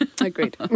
Agreed